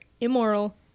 immoral